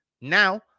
Now